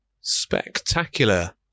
Spectacular